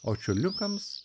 o čiurliukams